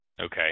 Okay